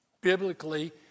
biblically